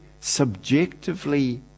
subjectively